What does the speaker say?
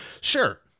Sure